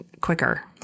quicker